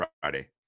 Friday